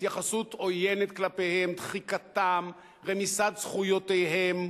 התייחסות עוינת כלפיהם, דחיקתם, רמיסת זכויותיהם,